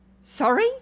Sorry